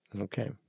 Okay